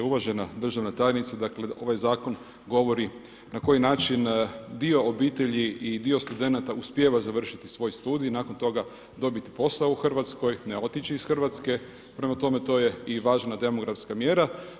Uvažena državna tajnice, dakle ovaj zakon govori na koji način dio obitelji i dio studenata uspijeva završiti svoj studij, nakon toga dobit posao u Hrvatskoj, ne otići iz Hrvatske, prema tome to je i važna demografska mjera.